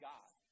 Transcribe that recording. God